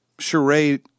charade